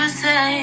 say